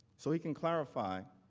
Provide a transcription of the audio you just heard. so he can clarify